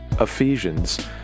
Ephesians